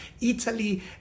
Italy